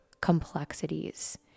complexities